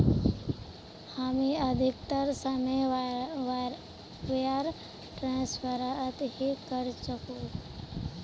हामी अधिकतर समय वायर ट्रांसफरत ही करचकु